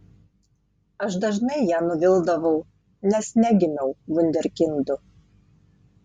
aš dažnai ją nuvildavau nes negimiau vunderkindu